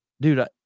Dude